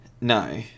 No